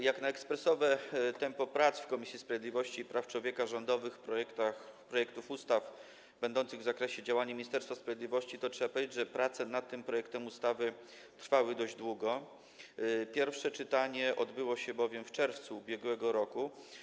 Jak na ekspresowe tempo prac w Komisji Sprawiedliwości i Praw Człowieka dotyczących rządowych projektów ustaw będących w zakresie działania Ministerstwa Sprawiedliwości, to trzeba powiedzieć, że prace nad tym projektem ustawy trwały dość długo, pierwsze czytanie odbyło się bowiem w czerwcu ub.r.